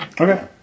Okay